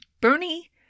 Bernie